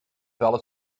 fell